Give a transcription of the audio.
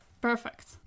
Perfect